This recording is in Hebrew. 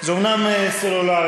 זה אומנם סלולרי,